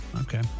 Okay